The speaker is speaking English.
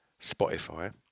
Spotify